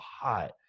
hot